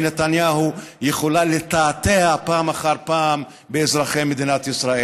נתניהו יכולה לתעתע פעם אחר פעם באזרחי ישראל.